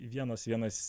vienas vienas